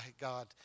God